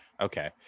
Okay